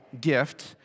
gift